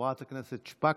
חברת הכנסת שפק.